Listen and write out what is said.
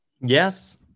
Yes